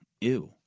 ew